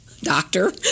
doctor